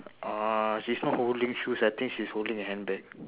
uh she's not holding shoes I think she's holding a handbag